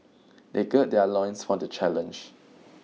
they gird their loins for the challenge